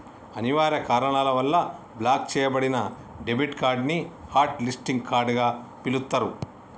అనివార్య కారణాల వల్ల బ్లాక్ చెయ్యబడిన డెబిట్ కార్డ్ ని హాట్ లిస్టింగ్ కార్డ్ గా పిలుత్తరు